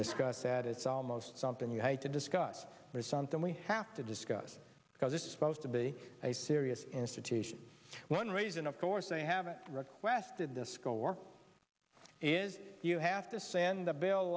discuss said it's almost something you hate to discuss something we have to discuss because it's supposed to be a serious institution one reason of course they have requested the score is you have to send the bill